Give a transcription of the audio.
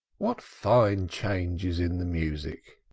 what fine change is in the music!